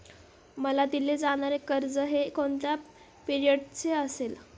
मला दिले जाणारे कर्ज हे कोणत्या पिरियडचे असेल?